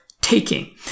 taking